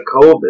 COVID